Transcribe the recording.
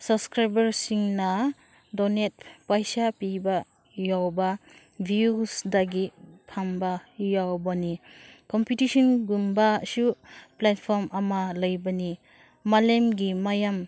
ꯁꯞꯁꯀ꯭ꯔꯥꯏꯕꯔꯁꯤꯡꯅ donate ꯄꯩꯁꯥ ꯄꯤꯕ ꯌꯥꯎꯕ ꯚ꯭ꯌꯨꯁꯇꯒꯤ ꯐꯪꯕ ꯌꯥꯎꯕꯅꯤ ꯀꯝꯄꯤꯇꯤꯁꯟꯒꯨꯝꯕꯁꯨ ꯄ꯭ꯂꯦꯠꯐ꯭ꯣꯔꯝ ꯑꯃ ꯂꯩꯕꯅꯤ ꯃꯥꯂꯦꯝꯒꯤ ꯃꯌꯥꯝ